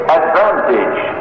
advantage